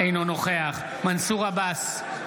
אינו נוכח מנסור עבאס,